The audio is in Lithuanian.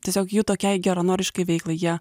tiesiog jų tokiai geranoriškai veiklai jie